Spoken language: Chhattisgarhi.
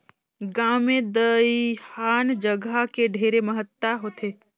गांव मे दइहान जघा के ढेरे महत्ता होथे